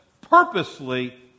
purposely